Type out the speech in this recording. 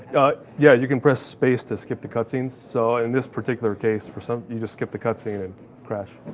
yeah, you can press space to skip the cut scenes. so in this particular case, for some, you just skip the cut scene and crash.